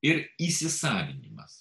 ir įsisavinimas